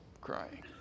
crying